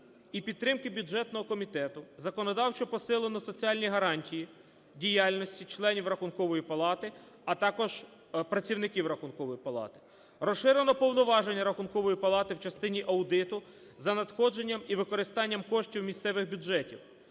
і підтримки бюджетного комітету законодавчо посилено соціальні гарантії діяльності членів Рахункової палати, а також працівників Рахункової палати. Розширено повноваження Рахункової палати в частині аудиту за надходженням і використанням коштів місцевих бюджетів.